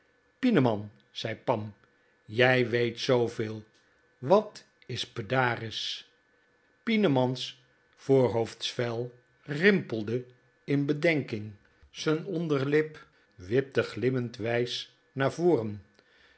her pieneman zei pam jij weet zooveel wat is pedaris pieneman's voorhoofdsvel rimpelde in bedenking z'n onderlip wipte glimmend wijs naar voren